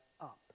up